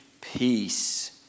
peace